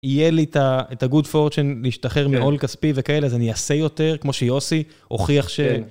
יהיה לי את ה-good fortune, להשתחרר מעול כספי וכאלה, אז אני אעשה יותר כמו שיוסי הוכיח ש...